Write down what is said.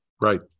Right